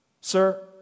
Sir